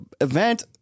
event